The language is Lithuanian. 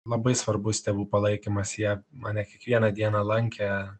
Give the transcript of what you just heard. labai svarbus tėvų palaikymas jie mane kiekvieną dieną lankė